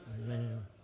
Amen